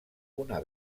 una